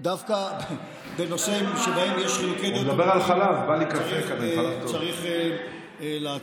דווקא בנושאים בהם יש חילוקי דעות מהותיים צריך לעצור.